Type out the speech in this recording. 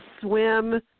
swim